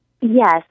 Yes